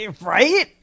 right